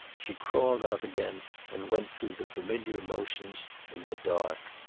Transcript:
she crawled out again and went through the familiar motions in the dark.